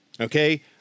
Okay